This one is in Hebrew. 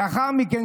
לאחר מכן,